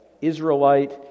Israelite